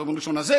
ביום ראשון הזה,